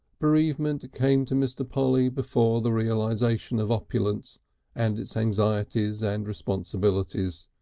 bereavement came to mr. polly before the realisation of opulence and its anxieties and responsibilities.